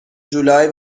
جولای